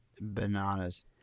Bananas